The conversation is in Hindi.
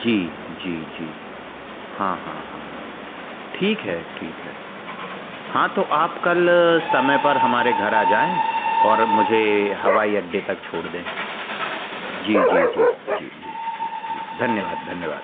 जी जी जी हाँ हाँ हाँ ठीक है ठीक है हाँ तो आप कल समय पर हमारे घर आ जाऍं और मुझे हवाई अड्डे तक छोड़ दें जी जी जी जी जी जी जी धन्यवाद धन्यवाद